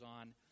on